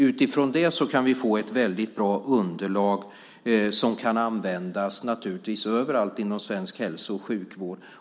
Utifrån det kan vi få ett bra underlag som kan användas överallt inom svensk hälso och sjukvård.